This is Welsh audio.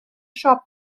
siop